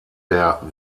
der